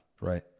Right